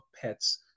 pets